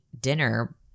dinner